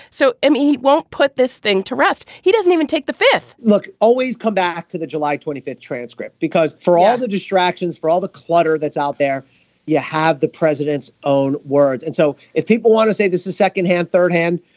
so um won't put this thing to rest. he doesn't even take the fifth look always come back to the july twenty fifth transcript because for all the distractions for all the clutter that's out there you have the president's own words. and so if people want to say this is second hand third hand.